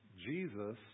Jesus